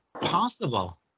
possible